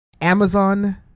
Amazon